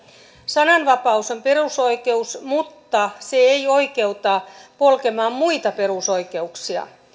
sananvapaus on perusoikeus mutta se ei oikeuta polkemaan muita perusoikeuksia